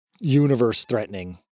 universe-threatening